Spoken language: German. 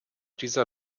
dieser